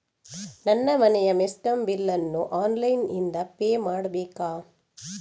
ನನ್ನ ಮನೆಯ ಮೆಸ್ಕಾಂ ಬಿಲ್ ಅನ್ನು ಆನ್ಲೈನ್ ಇಂದ ಪೇ ಮಾಡ್ಬೇಕಾ?